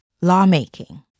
Lawmaking